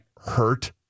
hurt